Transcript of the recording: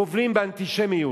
גובלים באנטישמיות.